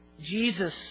Jesus